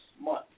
month